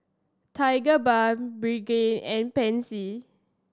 Tigerbalm Pregain and Pansy